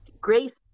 grace